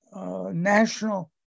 national